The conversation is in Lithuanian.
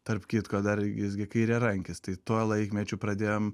tarp kitko dar jis gi kairiarankis tai tuo laikmečiu pradėjom